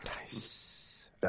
Nice